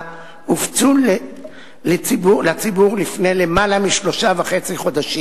הופצו לציבור לפני למעלה משלושה חודשים